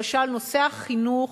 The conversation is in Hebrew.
למשל נושא החינוך,